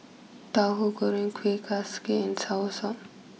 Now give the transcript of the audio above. Tahu Goreng Kueh and Soursop